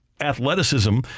athleticism